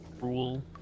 rule